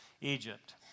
Egypt